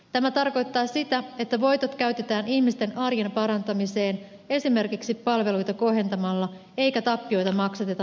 tämä tarkoittaa sitä että voitot käytetään ihmisten arjen parantamiseen esimerkiksi palveluita kohentamalla eikä tappioita maksateta veronmaksajilla